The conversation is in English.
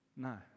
No